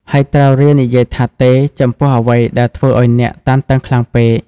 ហើយត្រូវរៀននិយាយថា "ទេ" ចំពោះអ្វីដែលធ្វើឱ្យអ្នកតានតឹងខ្លាំងពេក។